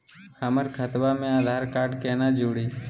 हमर खतवा मे आधार कार्ड केना जुड़ी?